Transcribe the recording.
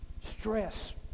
Stress